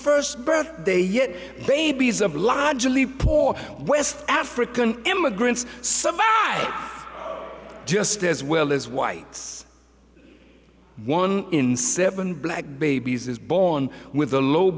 first birthday yet babies of logically poor west african immigrants some just as well as whites one in seven black babies is born with a low